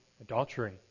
adultery